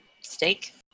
steak